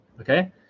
Okay